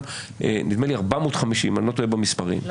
נדמה לי 450 אם אני לא טועה במספרים,